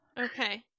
Okay